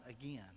again